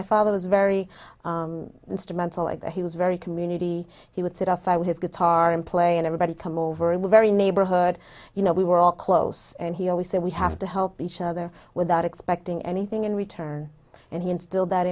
my father was very instrumental like that he was very community he would sit outside his guitar and play and everybody come over and we're very neighborhood you know we were all close and he always said we have to help each other without expecting anything in return and he instilled that